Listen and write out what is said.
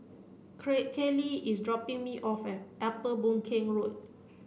Creat Caylee is dropping me off Upper Boon Keng Road